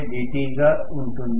గా ఉంటుంది